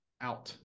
out